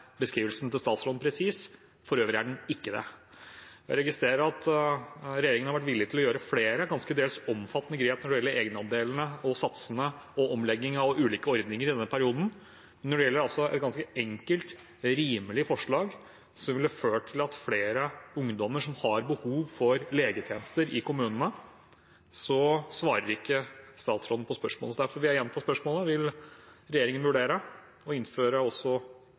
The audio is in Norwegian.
beskrivelsen til statsråden presis, for øvrig er den ikke det. Jeg registrerer at regjeringen har vært villig til å gjøre flere til dels ganske omfattende grep når det gjelder egenandelene og satsene og omlegging av ulike ordninger i denne perioden. Når det gjelder et ganske enkelt, rimelig forslag som ville hjulpet flere ungdommer som har behov for legetjenester i kommunene, svarer ikke statsråden på spørsmålet. Derfor vil jeg gjenta det: Vil regjeringen vurdere å innføre også